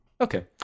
Okay